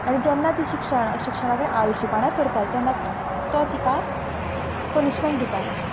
आनी जेन्ना ती शिक्षण शिक्षणा कडेन आळशीपणां करताली तेन्ना तो तिका पनिशमँट दितालो